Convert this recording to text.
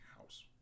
house